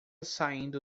saindo